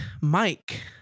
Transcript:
Mike